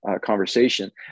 conversation